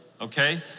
Okay